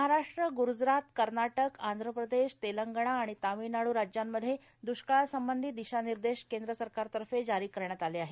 महाराष्ट्र ग्जरात कर्नाटक आंध प्रदेश तेलंगणा आणि तामिळनाडू राज्यांमध्ये दुष्काळ संबंधी दिशानिर्देश केंद्र सरकारतर्फे जारी करण्यात आले आहेत